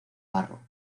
barro